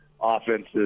offenses